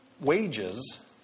wages